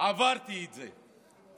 עברתי את זה,